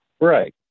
Right